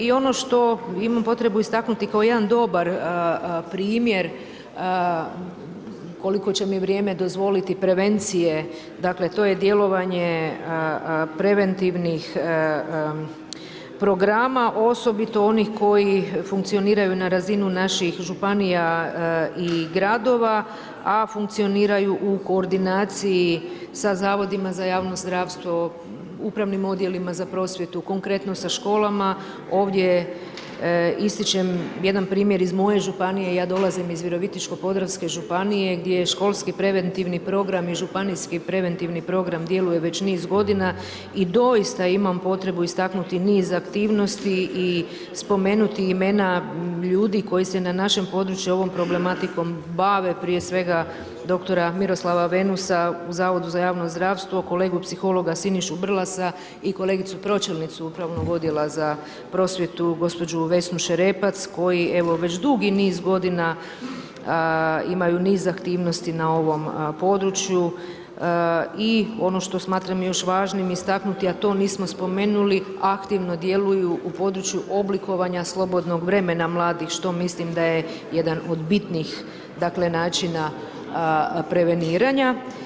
I ono što imam potrebu istaknuti kao jedan dobar primjer koliko će mi vrijeme dozvoliti, prevencije, dakle to je djelovanje preventivnih programa, osobito onih koji funkcioniraju na razinu naših županija i gradova a funkcioniraju u koordinaciji sa zavodima za javno zdravstvo, upravnim odjelima za prosvjetu, konkretno sa školama, ovdje ističem jedan primjer iz moje županije, ja dolazim iz Virovitičko-podravske županije gdje je školski preventivni program i županijski preventivni program djeluje već niz godina i doista imam potrebu istaknuti niz aktivnosti i spomenuti imena ljudi koji se na našem području ovom problematikom bave prije svega dr. Miroslava Venusa u Zavodu za javno zdravstvo kolegu psihologa Sinišu Brlasa i kolegicu pročelnicu Upravnog odjela za prosvjetu gospođu Vesnu Šerepac koji evo već dugi niz godina imaju niz aktivnosti na ovom području i ono što smatram još važnim istaknuti, a to nismo spomenuli aktivno djeluju u području oblikovanja slobodnog vremena mladih što mislim da je jedan od bitnijih dakle načina preveniranja.